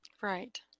Right